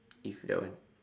if that one